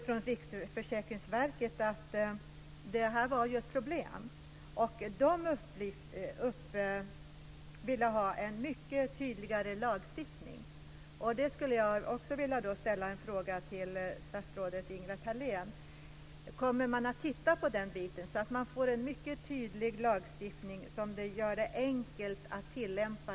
Från Riksförsäkringsverket svarade man att det här var ett problem, och man ville ha en mycket tydligare lagstiftning. Jag skulle vilja ställa följande fråga till statsrådet Ingela Thalén: Kommer man att undersöka detta och skapa en tydlig lagstiftning som blir enkel att tillämpa?